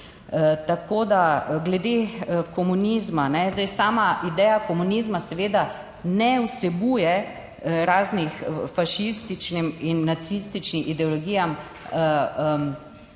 Tako da, glede komunizma. Zdaj sama ideja komunizma seveda ne vsebuje raznih fašističnim in nacističnim ideologijam